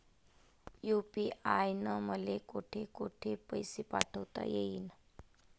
UPI न मले कोठ कोठ पैसे पाठवता येईन?